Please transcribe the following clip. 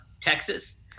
Texas